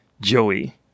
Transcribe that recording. Joey